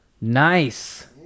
Nice